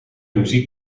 muziek